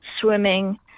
swimming